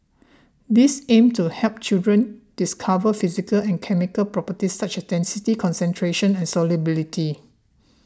these aim to help children discover physical and chemical properties such as density concentration and solubility